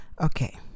Okay